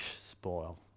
spoil